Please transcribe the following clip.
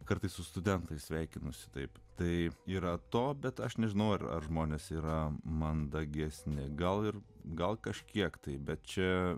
kartais su studentais sveikinusi taip tai yra to bet aš nežinau ar žmonės yra mandagesni gal ir gal kažkiek taip bet čia